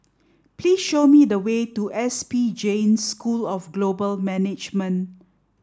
please show me the way to S P Jain School of Global Management